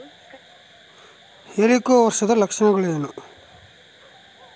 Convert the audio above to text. ಹೆಲಿಕೋವರ್ಪದ ಲಕ್ಷಣಗಳೇನು?